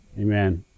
Amen